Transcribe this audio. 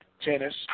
tennis